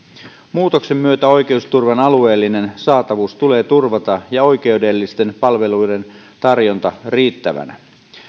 muutoksen myötä oikeusturvan alueellinen saatavuus ja oikeudellisten palveluiden tarjonta riittävänä